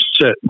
sit